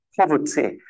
poverty